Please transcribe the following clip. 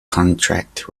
contact